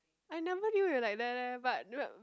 I never knew you're like that leh but no